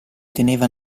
teneva